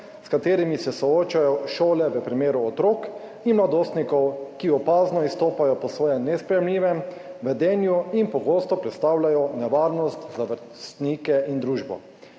s katerimi se soočajo šole v primeru otrok in mladostnikov, ki opazno izstopajo po svojem nesprejemljivem vedenju in pogosto predstavljajo nevarnost za vrstnike in družbo.